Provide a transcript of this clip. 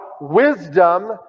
Wisdom